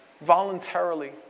voluntarily